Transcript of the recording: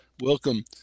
welcome